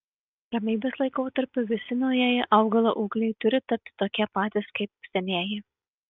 ramybės laikotarpiu visi naujieji augalo ūgliai turi tapti tokie patys kaip senieji